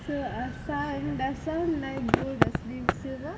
so uh sun does sun like gold or silver